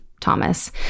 Thomas